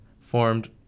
formed